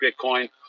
Bitcoin